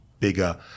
Bigger